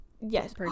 yes